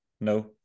no